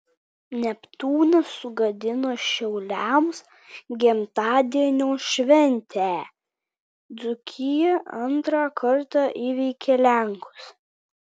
neptūnas sugadino šiauliams gimtadienio šventę dzūkija antrą kartą įveikė lenkus